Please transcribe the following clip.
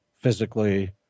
physically